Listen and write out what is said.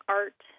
art